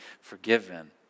forgiven